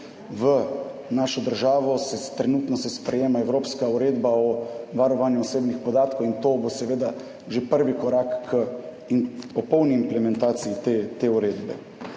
V našo državo trenutno se sprejema evropska uredba o varovanju osebnih podatkov in to bo seveda že prvi korak k popolni implementaciji te uredbe.